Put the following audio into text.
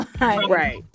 Right